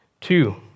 two